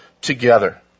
together